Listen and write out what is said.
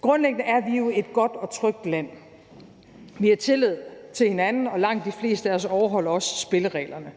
Grundlæggende er vi jo et godt og trygt land. Vi har tillid til hinanden, og langt de fleste af os overholder også spillereglerne,